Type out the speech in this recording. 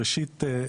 ראשית,